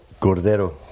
Cordero